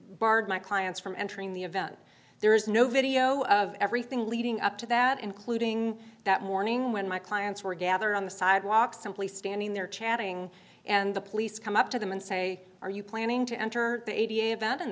my clients from entering the event there is no video of everything leading up to that including that morning when my clients were gathered on the sidewalk simply standing there chatting and the police come up to them and say are you planning to enter the a